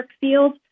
field